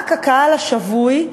רק הקהל השבוי,